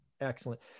Excellent